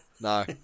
No